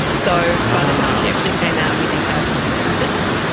so by the time she actually came out we did have assistance,